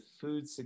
food